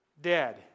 dead